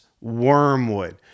wormwood